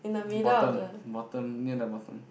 bottom bottom near the bottom